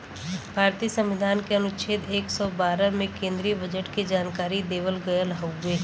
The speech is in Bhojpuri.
भारतीय संविधान के अनुच्छेद एक सौ बारह में केन्द्रीय बजट के जानकारी देवल गयल हउवे